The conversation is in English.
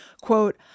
Quote